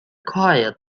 quiet